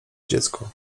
dziecko